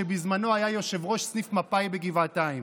שבזמנו היה יו"ר סניף מפא"י בגבעתיים.